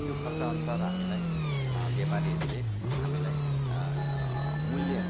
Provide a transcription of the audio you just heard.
त्यो खर्चअनुसार हामीलाई व्यापारीहरूले हामीलाई मूल्य